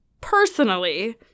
personally